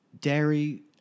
dairy